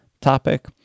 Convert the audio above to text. topic